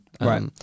Right